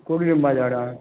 कोडू लिंबा झाडा